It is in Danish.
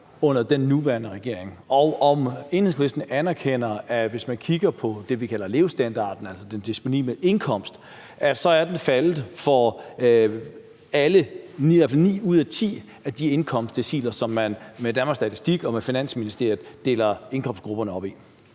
under den nuværende regering, og om Enhedslisten anerkender, at hvis vi kigger på det, vi kalder levestandarden, altså den disponible indkomst, er den faldet for ni ud af ti af de indkomstdeciler, som Danmarks Statistik og Finansministeriet deler indkomstgrupperne op i.